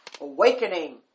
awakening